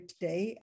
today